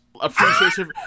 appreciation